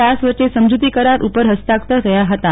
દાસ વચ્ચે સમજૂતી કરાર ઉપર હસ્તાક્ષર થયાં હતાં